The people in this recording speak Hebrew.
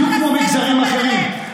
גם פרופ' וגם פרופ' בדיוק כמו מגזרים אחרים.